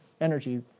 energy